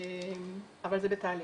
אבל זה בתהליך.